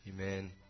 amen